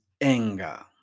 anger